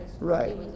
Right